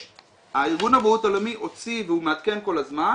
ארגון הבריאות העולמי הוציא והוא מעדכן כל הזמן,